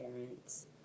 parents